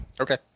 Okay